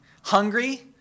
hungry